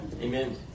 Amen